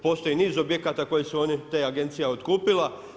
Postoji niz objekata koje su oni, ta agencija otkupila.